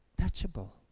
touchable